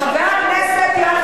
חבר הכנסת יואל חסון,